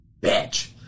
bitch